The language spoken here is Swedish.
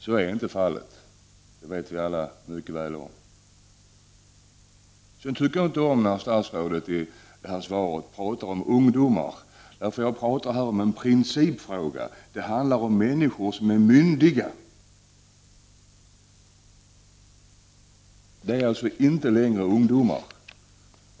Så är inte fallet — det vet vi alla mycket väl. Jag tycker inte om att statsrådet i svaret talar om ungdomar, när jag talar om en principfråga. Det handlar om människor som är myndiga, som alltså inte längre är ungdomar.